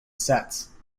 sets